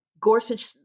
Gorsuch